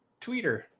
tweeter